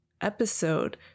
episode